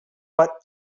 but